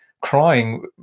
crying